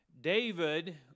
David